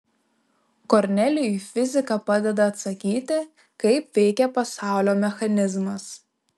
kornelijui fizika padeda atsakyti kaip veikia pasaulio mechanizmas